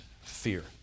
fear